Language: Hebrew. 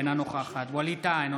אינה נוכחת ווליד טאהא,